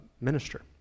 minister